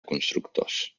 constructors